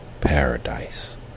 paradise